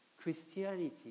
Christianity